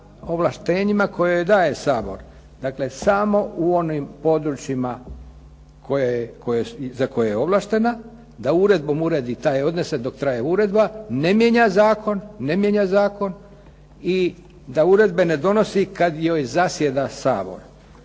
ovlaštenjima koje joj daje Sabor. Dakle, samo u onim područjima za koje je ovlaštena da uredom uredi taj …/Govornik se ne razumije./… dok traje uredba, ne mijenja zakon i da uredbe ne donosi kad joj zasjeda Sabor.